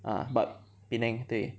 uh but Penang 对